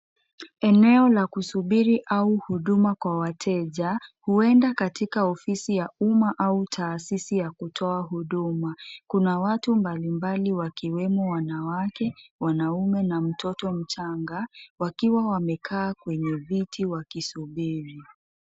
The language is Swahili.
Eneo la kusubiri au huduma kwa wateja, huenda katika ofisi ya umma au taasisi ya kutoa huduma. Kuna watu mbalimbali wakiwemo wanawake, wanaume, na mtoto mchanga, wakiwa wamekaa kwenye viti wakisubiri.